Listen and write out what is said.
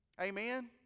Amen